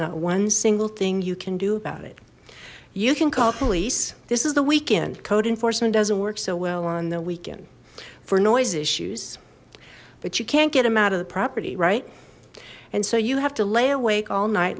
not one single thing you can do about it you can call police this is the weekend code enforcement doesn't work so well on the weekend for noise issues but you can't get them out of the property right and so you have to lay awake all night